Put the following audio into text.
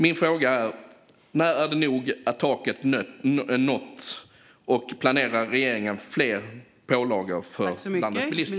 Min fråga är: När har taket nåtts och det är nog, och planerar regeringen fler pålagor för landets bilister?